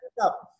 up